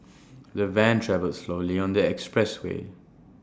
the van travelled slowly on the expressway